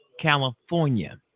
California